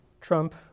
Trump